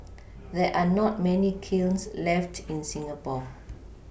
there are not many kilns left in Singapore